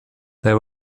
there